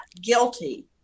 guilty